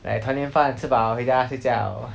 like 团圆饭吃饱回家睡觉